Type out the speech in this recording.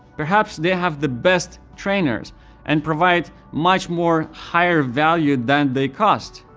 perhaps they have the best trainers and provide much more higher value than they cost,